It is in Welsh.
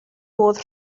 modd